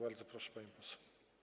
Bardzo proszę, pani poseł.